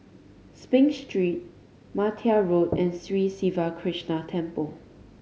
Spring Street Martia Road and Sri Siva Krishna Temple